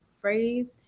phrase